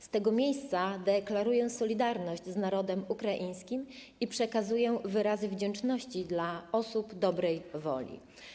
Z tego miejsca deklaruję solidarność z narodem ukraińskim i przekazuję wyrazy wdzięczności dla osób dobrej woli.